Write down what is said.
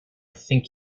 think